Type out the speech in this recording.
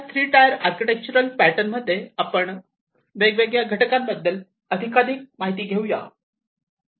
तर या three tier architectural pattern मध्ये आपण वेगवेगळ्या घटकाबद्दल अधिकमाहिती घेऊयात